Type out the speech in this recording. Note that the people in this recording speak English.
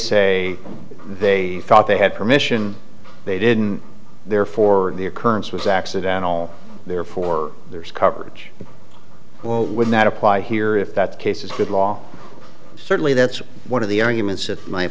say they thought they had permission they didn't therefore the occurrence was accidental therefore there is coverage it would not apply here if that case is good law certainly that's one of the arguments that my